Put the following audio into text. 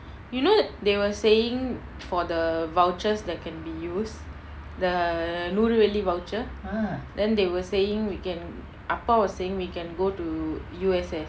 you know they were saying for the vouchers that can be used the நூறு வெள்ளி:nooru velli voucher then they were saying we can appa was saying we can go to U_S_S